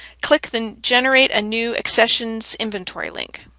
click the generate new accessions inventory link.